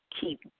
keep